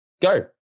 Go